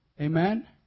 Amen